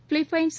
Philippines